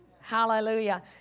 Hallelujah